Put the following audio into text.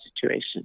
situation